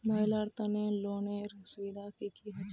महिलार तने लोनेर सुविधा की की होचे?